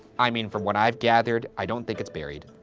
i mean, from what i've gathered, i don't think it's buried.